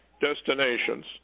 destinations